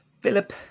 Philip